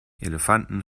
elefanten